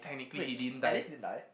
wait ki~ Alice didn't die